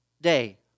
Day